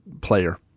player